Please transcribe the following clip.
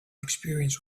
experience